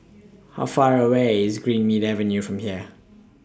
How Far away IS Greenmead Avenue from here